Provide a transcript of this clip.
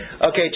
Okay